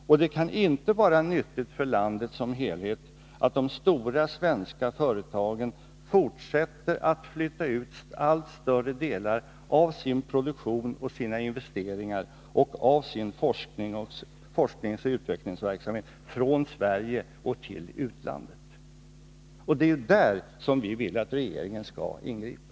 Och det kan inte vara nyttigt för landet som helhet att de stora svenska företagen fortsätter att flytta ut allt större delar av sin produktion, sina investeringar och sin forskningsoch utvecklingsverksamhet från Sverige till utlandet. Det är i det sammanhanget som vi vill att regeringen skall ingripa.